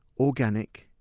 organic,